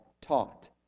taught